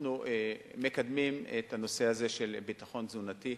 אנחנו מקדמים את הנושא הזה של ביטחון תזונתי.